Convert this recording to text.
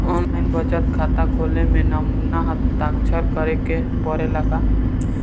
आन line बचत खाता खोले में नमूना हस्ताक्षर करेके पड़ेला का?